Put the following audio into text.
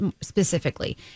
specifically